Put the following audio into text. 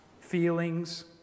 feelings